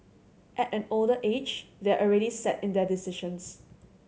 at an older age they're already set in their decisions